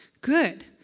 Good